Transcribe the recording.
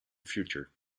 future